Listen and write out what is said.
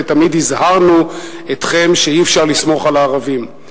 ו"תמיד הזהרנו אתכם שאי-אפשר לסמוך על הערבים".